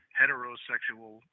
heterosexual